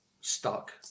Stuck